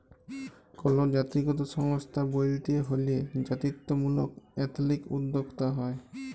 call জাতিগত সংস্থা ব্যইলতে হ্যলে জাতিত্ত্বমূলক এথলিক উদ্যোক্তা হ্যয়